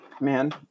Man